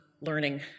learning